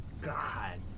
God